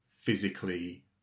physically